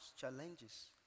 challenges